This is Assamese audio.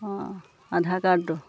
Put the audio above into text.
অঁ আধাৰ কাৰ্ডটো